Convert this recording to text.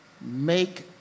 make